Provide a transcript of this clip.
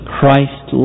Christ